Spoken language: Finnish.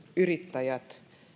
yrittäjiä